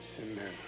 amen